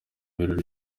birori